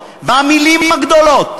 הקלישאות והמילים הגדולות.